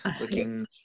looking